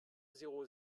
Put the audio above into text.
zéro